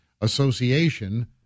Association